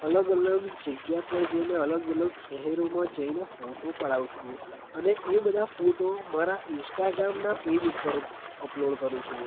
અલગ અલગ જગ્યા પર જઈને અલગ અલગ શહેરોમાં જઈને ફોટો પડાવું છું અને એ બધા ફોટો મારા ઈન્સ્ટાગ્રામનાં પેજ પર અપલોડ કરું છું